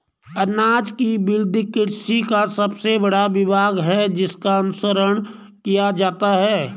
अनाज की वृद्धि कृषि का सबसे बड़ा विभाग है जिसका अनुसरण किया जाता है